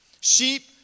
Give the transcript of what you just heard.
sheep